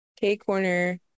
K-Corner